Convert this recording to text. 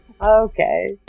Okay